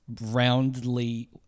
roundly